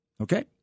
Okay